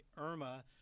Irma